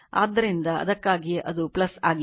ಆದ್ದರಿಂದ ಅದಕ್ಕಾಗಿಯೇ ಅದು ಆಗಿದೆ